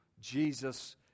Jesus